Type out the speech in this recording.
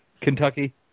Kentucky